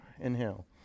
Inhale